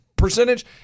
percentage